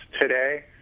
today